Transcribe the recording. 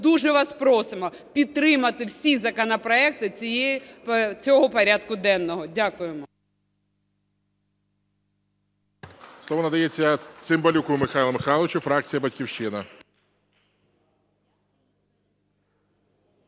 дуже вас просимо підтримати всі законопроекти цього порядку денного. Дякуємо.